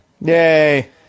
Yay